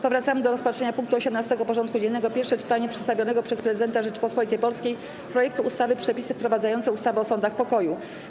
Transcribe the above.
Powracamy do rozpatrzenia punktu 18. porządku dziennego: Pierwsze czytanie przedstawionego przez Prezydenta Rzeczypospolitej Polskiej projektu ustawy - Przepisy wprowadzające ustawę o sądach pokoju.